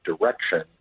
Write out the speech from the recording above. direction